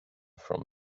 from